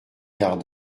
quart